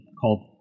called